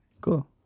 Cool